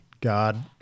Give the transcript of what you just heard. God